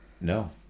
no